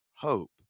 hope